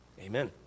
amen